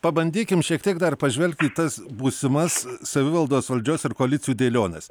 pabandykim šiek tiek dar pažvelgti į tas būsimas savivaldos valdžios ir koalicijų dėliones